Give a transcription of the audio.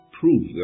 prove